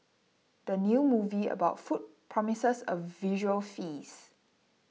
the new movie about food promises a visual feast